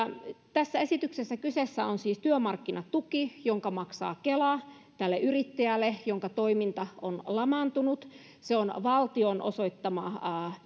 tässä esityksessä kyseessä on siis työmarkkinatuki jonka kela maksaa yrittäjälle jonka toiminta on lamaantunut se on valtion osoittama